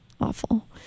awful